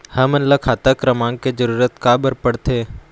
हमन ला खाता क्रमांक के जरूरत का बर पड़थे?